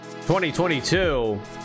2022